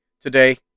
today